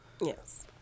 Yes